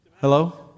Hello